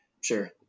sure